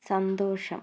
സന്തോഷം